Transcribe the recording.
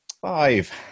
five